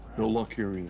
no luck here either.